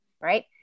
right